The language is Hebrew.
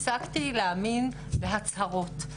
הפסקתי להאמין בהצהרות.